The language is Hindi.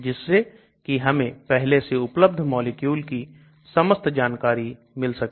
जिससे कि हमें पहले से उपलब्ध मॉलिक्यूल की समस्त जानकारी मिल सके